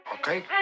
Okay